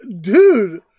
Dude